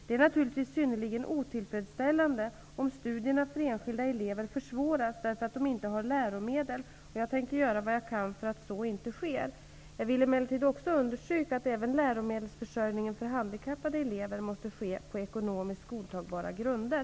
Det är naturligtvis synnerligen otillfredsställande om studierna för enskilda elever försvåras därför att de inte har läromedel och jag tänker göra vad jag kan för att så inte sker. Jag vill emellertid också understryka att även läromedelsförsörjningen för handikappade elever måste ske på ekonomiskt godtagbara grunder.